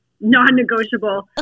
non-negotiable